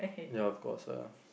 ya of course ah